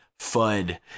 FUD